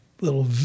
little